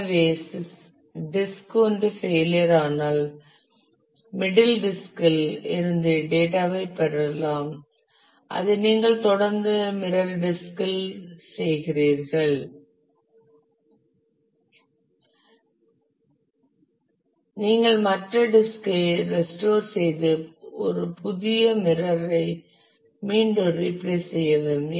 எனவே டிஸ்க் ஒன்று ஃபெயிலியர் ஆனால் மிடில் டிஸ்கில் இருந்து டேட்டா ஐப் பெறலாம் அதை நீங்கள் தொடர்ந்து மிரர் டிஸ்கில் செய்கிறீர்கள் நீங்கள் மற்ற டிஸ்க் ஐ ரெஸ்டோர் செய்து புதிய ஒரு மிரர் ஐ மீண்டும் ரீப்ளேஸ் செய்யவும்